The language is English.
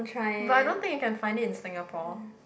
but I don't think you can find it in Singapore